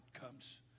comes